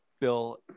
Bill